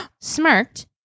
smirked